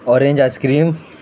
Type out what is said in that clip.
orange ice cream